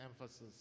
emphasis